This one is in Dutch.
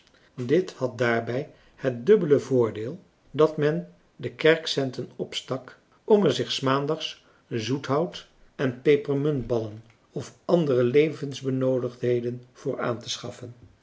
dit had daarbij het dubbele voordeel dat men de kerkcenten opstak om er zich s maandags zoethout en pepermuntballen of andere levensbenoodigdheden voor aan te schaffen